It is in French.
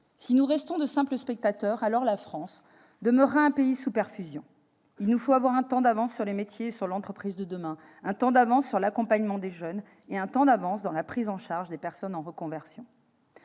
Si nous restons de simples spectateurs, alors la France demeurera un pays sous perfusion. Il nous faut avoir un temps d'avance sur les métiers et sur l'entreprise de demain, un temps d'avance sur l'accompagnement des jeunes et un temps d'avance dans la prise en charge des personnes en reconversion.